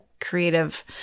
creative